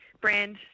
brand